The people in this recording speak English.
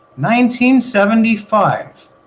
1975